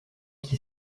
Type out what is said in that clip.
qui